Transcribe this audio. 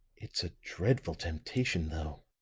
it's a dreadful temptation, though!